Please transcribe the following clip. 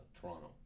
Toronto